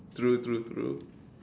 true true true